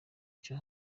cyo